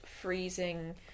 freezing